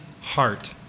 heart